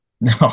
no